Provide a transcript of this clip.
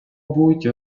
мабуть